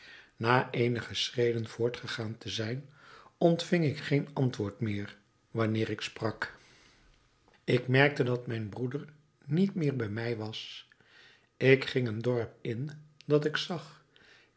na eenige schreden voortgegaan te zijn ontving ik geen antwoord meer wanneer ik sprak ik merkte dat mijn broeder niet meer bij mij was ik ging een dorp in dat ik zag